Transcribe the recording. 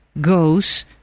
goes